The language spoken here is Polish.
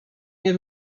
nie